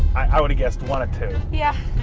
i would've guessed. wanted to yeah